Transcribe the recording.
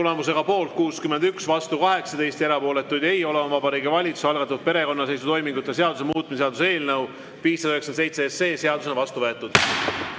Tulemusega poolt 61, vastu 18, erapooletuid ei ole, on Vabariigi Valitsuse algatatud perekonnaseisutoimingute seaduse muutmise seaduse eelnõu 597 seadusena vastu võetud.